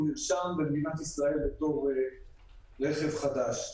נרשם במדינת ישראל בתור רכב חדש.